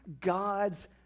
God's